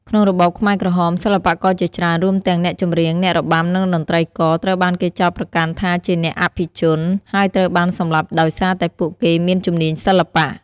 ក្នុងរបបខ្មែរក្រហម សិល្បករជាច្រើនរួមទាំងអ្នកចម្រៀង អ្នករបាំ និងតន្ត្រីករ ត្រូវបានគេចោទប្រកាន់ថាជាអ្នកអភិជន ហើយត្រូវបានសម្លាប់ដោយសារតែពួកគេមានជំនាញសិល្បៈ។